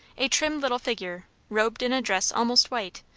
a trim little figure, robed in a dress almost white,